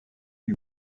lui